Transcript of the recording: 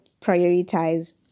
prioritize